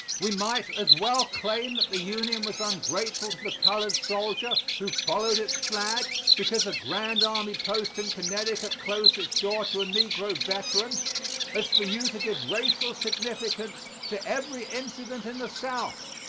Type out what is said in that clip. we might as well claim that the union was ungrateful to the colored soldier who followed its flag because a grand army post in connecticut closed its doors to a negro veteran as for you to give racial significance to every incident in the south,